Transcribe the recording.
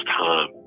time